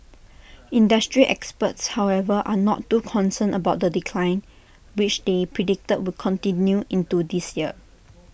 industry experts however are not too concerned about the decline which they predict will continue into this year